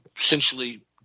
essentially